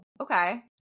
okay